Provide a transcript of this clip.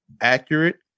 accurate